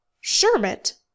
Sherbet